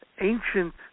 ancient